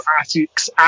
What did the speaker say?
attics